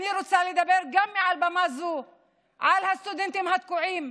אני רוצה לדבר גם מעל במה זו על הסטודנטים התקועים,